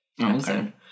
okay